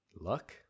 luck